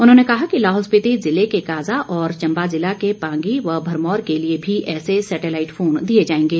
उन्होंने कहा कि लाहौल स्पीति जिले के काजा और चंबा जिला के पांगी व भरमौर के लिए भी ऐसे सैटेलाईट फोन दिए जाएंगे